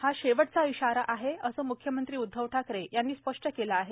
हा शेवटचा इशारा आहे असं मुख्यमंत्री उद्धव ठाकरे यांनी स्पष्ट केलं आहे